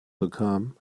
bekam